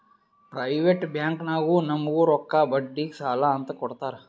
private ಬ್ಯಾಂಕ್ನಾಗು ನಮುಗ್ ರೊಕ್ಕಾ ಬಡ್ಡಿಗ್ ಸಾಲಾ ಅಂತ್ ಕೊಡ್ತಾರ್